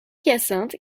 hyacinthe